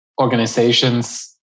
organizations